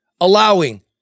allowing